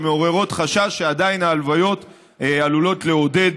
ומעוררות חשש שעדיין ההלוויות עלולות לעודד